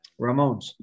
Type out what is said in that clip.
Ramones